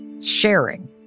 sharing